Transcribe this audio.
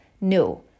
No